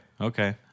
Okay